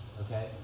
Okay